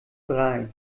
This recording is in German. drei